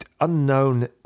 unknown